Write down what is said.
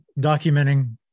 documenting